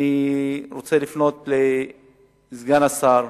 אני רוצה לפנות לסגן השר,